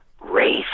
race